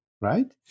right